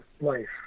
life